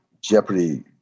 Jeopardy